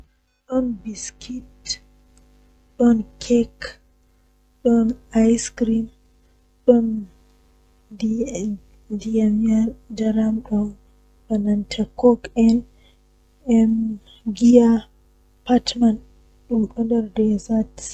Taalel taalel jannata booyel, Woodi wakkati feere haa kawye feere, Jamanu man woodi ledde don wolwina himbe amma seito alorni hakkilo ma masin ananata ko leggal man wiyata, Woodi bingel feere o wala ceede wuro man pat yida haala maako nyende odon joodi haa kombi leggal man, Ohediti sei onani leggal man don yecca mo haa oyahata oheba cede nde o yahi babal manbo o hebi ceede o warti wuro man koomoi yidi haala mako o mari sobiraabe koomoi don tokka mo.